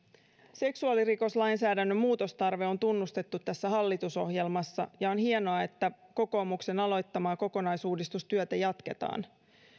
seksuaalirikoslainsäädännön muutostarve on tunnustettu tässä hallitusohjelmassa ja on hienoa että kokoomuksen aloittamaa kokonaisuudistustyötä jatketaan